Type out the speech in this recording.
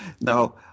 Now